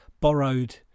borrowed